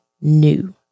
new